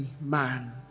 man